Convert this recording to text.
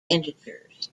integers